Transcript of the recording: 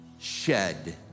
shed